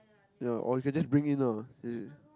yea or you can just bring in lah yeah